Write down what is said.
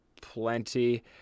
plenty